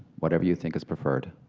whatever you think is preferred.